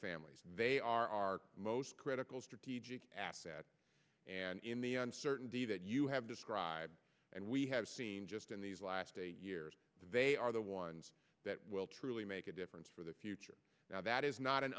families they are our most critical strategic asset and in the uncertainty that you have described and we have seen just in these last eight years they are the ones that will truly make a difference for the that is not an